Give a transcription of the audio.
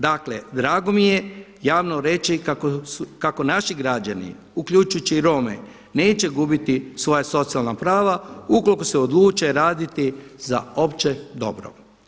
Dakle, drago mi je javno reći kako naši građani uključujući i Rome neće gubiti svoja socijalna prava ukoliko se odluče raditi za opće dobro.